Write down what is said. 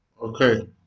Okay